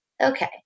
Okay